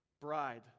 Bride